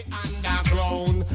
underground